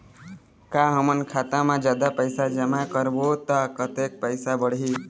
का हमन खाता मा जादा पैसा जमा करबो ता कतेक पैसा बढ़ही?